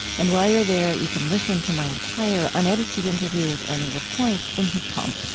and while you're there, you can listen to my entire, unedited interview with ernie lapointe in his home